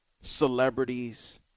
celebrities